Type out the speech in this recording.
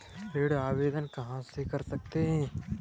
ऋण आवेदन कहां से कर सकते हैं?